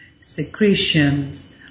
secretions